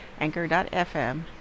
anchor.fm